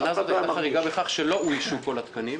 השנה זו הייתה חריגה בכך שלא אוישו כל התקנים.